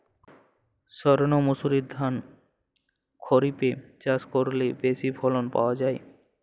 সর্ণমাসুরি ধান খরিপে চাষ করলে বেশি ফলন পাওয়া যায়?